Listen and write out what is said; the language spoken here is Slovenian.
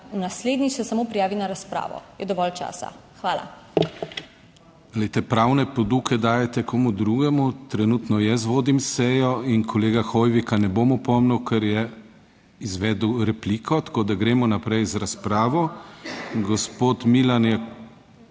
da naslednjič se samo prijavi na razpravo, je dovolj časa. Hvala.